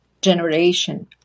generation